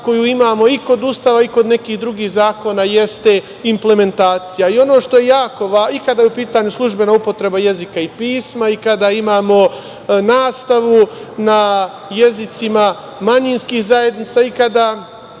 koju imamo i kod Ustava i kod nekih drugih zakona implementacija i kada je u pitanju službena upotreba jezika i pisma i kada imamo nastavu na jezicima manjinskih zajednica i kada